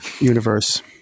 universe